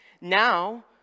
Now